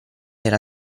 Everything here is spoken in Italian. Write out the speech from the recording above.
era